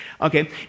Okay